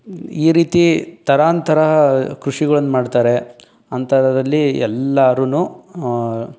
ಈ ರೀತಿ ತರಾಂತರಹ ಕೃಷಿಗಳನ್ನು ಮಾಡ್ತಾರೆ ಅಂಥದ್ದರಲ್ಲಿ ಎಲ್ಲಾರು